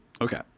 Okay